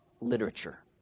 literature